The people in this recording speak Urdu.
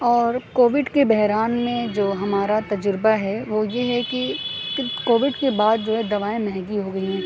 اور کووڈ کے بحران میں جو ہمارا تجربہ ہے وہ یہ ہے کہ کووڈ کے بعد جو ہے دوائیں مہنگی ہو گئی ہیں